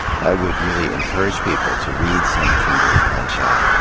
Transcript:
i would really encourage people to read some kimberle crenshaw,